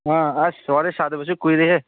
ꯑꯥ ꯑꯁ ꯋꯥꯔꯤ ꯁꯥꯗꯕꯁꯨ ꯀꯨꯏꯔꯦꯍꯦ